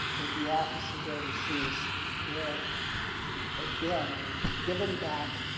with the office overseas where again giving back